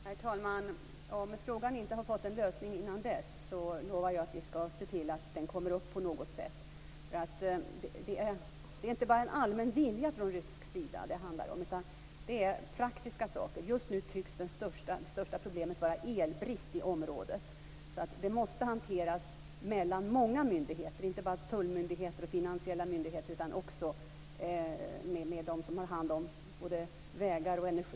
Herr talman! Om frågan inte har fått en lösning innan dess lovar jag att vi skall se till att den tas upp på något sätt. Det handlar inte bara om en allmän vilja från rysk sida utan det rör sig om praktiska saker. Just nu tycks det största problemet vara elbrist i området. Frågan måste alltså hanteras av många myndigheter, inte bara av tullmyndigheter och finansiella myndigheter utan också av dem som har hand om bl.a. vägar och energi.